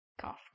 cough